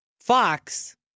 Fox